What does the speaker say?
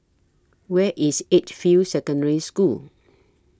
Where IS Edgefield Secondary School